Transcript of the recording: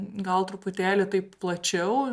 gal truputėlį taip plačiau